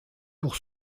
pour